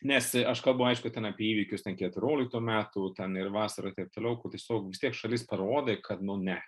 nes aš kalbu aišku ten apie įvykius ten keturioliktų metų ten ir vasarą ir taip toliau kur tiesiog tiek šalis parodai kad nu ne